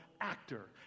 actor